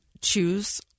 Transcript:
choose